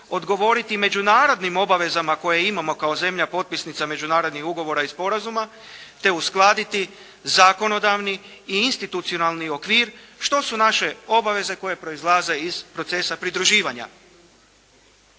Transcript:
odgovoriti međunarodnim obavezama koje imamo kao zemlja potpisnica međunarodnih ugovora i sporazuma, te uskladiti zakonodavni i institucionalni okvir, što su naše obaveze koje proizlaze iz procesa pridruživanja.